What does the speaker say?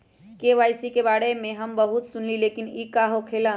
KYC के बारे में हम बहुत सुनीले लेकिन इ का होखेला?